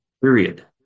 period